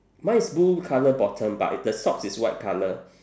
mine is blue colour bottom but the socks is white colour